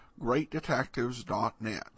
GreatDetectives.net